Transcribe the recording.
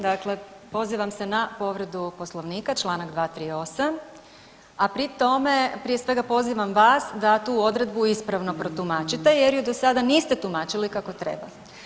Dakle pozivam se na povredu Poslovnika, čl. 238, a pri tome, prije svega, pozivam vas da tu odredbu ispravno protumačite jer ju do sada niste tumačili kako treba.